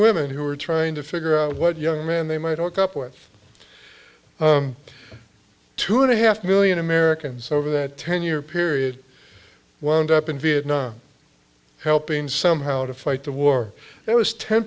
women who were trying to figure out what young men they might look up with two and a half million americans over that ten year period wound up in vietnam helping somehow to fight the war there was ten